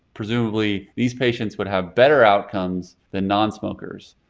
presumably, these patients would have better outcomes than non-smokers.